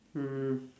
mm